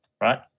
right